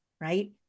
right